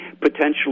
potentially